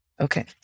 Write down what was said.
Okay